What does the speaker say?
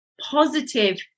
positive